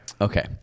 Okay